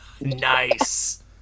Nice